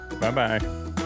Bye-bye